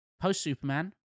post-Superman